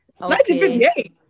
1958